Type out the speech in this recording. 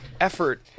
effort